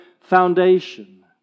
foundation